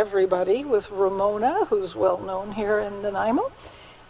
everybody with ramona who's well known here and imo